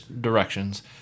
directions